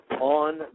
on